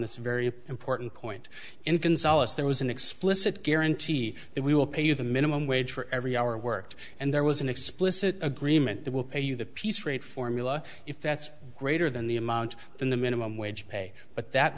this very important point in solace there was an explicit guarantee that we will pay you the minimum wage for every hour worked and there was an explicit agreement that will pay you the piece rate formula if that's greater than the amount than the minimum wage pay but that